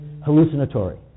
hallucinatory